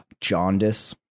Jaundice